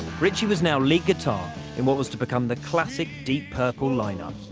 ritchie was now lead guitar in what was to become the classic deep purple line-up.